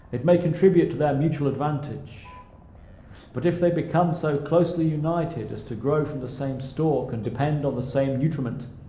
it may contribute to their mutual advantage but if they become so closely united as to grow from the same stalk, and depend on the same nutriment,